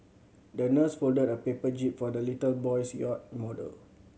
the nurse folded a paper jib for the little boy's yacht model